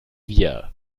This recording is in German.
wir